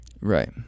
Right